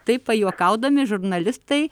taip pajuokaudami žurnalistai